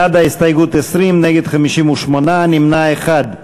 בעד ההסתייגויות, 20, נגד, 58, נמנע אחד.